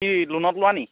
সি লোনত লোৱা নি